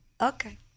Okay